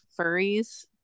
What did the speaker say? furries